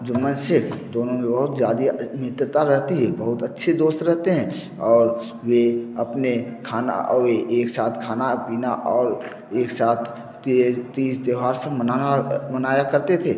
जुम्मन शैख़ दोनों में बहुत ज़्यादा मित्रता रहती है बहुत अच्छे दोस्त रहते हैं और वे अपने खाना और वे एक साथ खाना पीना और एक साथ तेज तीज त्यौहार सब मनाना मनाया करते थे